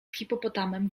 hipopotamem